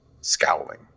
scowling